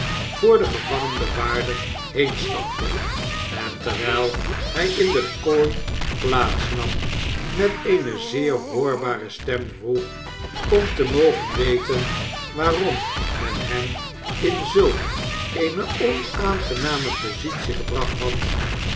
voor den gevangenbewaarder heenstapte en terwijl hij in de kooi plaats nam met eene zeer hoorbare stem vroeg om te mogen weten waarom men hem in zulk eene onaangename positie gebracht had